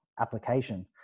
application